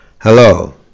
Hello